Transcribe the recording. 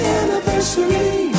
anniversary